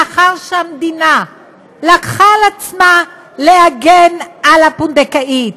לאחר שהמדינה לקחה על עצמה להגן על הפונדקאית,